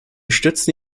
stützen